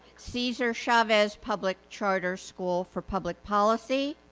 cesar chavez public charter school for public policy,